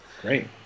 Great